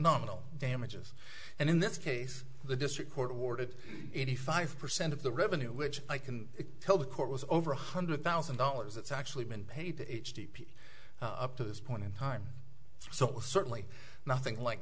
nominal damages and in this case the district court awarded eighty five percent of the revenue which i can tell the court was over one hundred thousand dollars that's actually been paid to keep up to this point in time so certainly nothing like